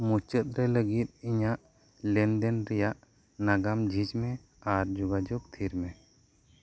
ᱢᱩᱪᱟᱹᱫ ᱨᱮ ᱞᱟᱹᱜᱤᱫ ᱤᱧᱟᱜ ᱞᱮᱱᱫᱮᱱ ᱨᱮᱭᱟᱜ ᱱᱟᱜᱟᱢ ᱡᱷᱤᱡᱽ ᱢᱮ ᱟᱨ ᱡᱳᱜᱟᱡᱳᱜᱽ ᱛᱷᱤᱨ ᱢᱮ